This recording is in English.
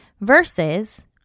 Versus